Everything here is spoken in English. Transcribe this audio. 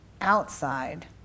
outside